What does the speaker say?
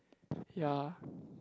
ya